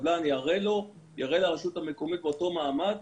שהקבלן יראה לרשות המקומית באותו מעמד